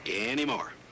anymore